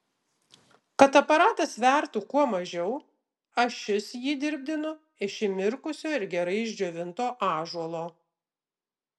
kad aparatas svertų kuo mažiau ašis jį dirbdinu iš įmirkusio ir gerai išdžiovinto ąžuolo